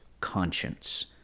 conscience